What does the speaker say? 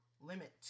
limit